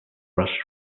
rushed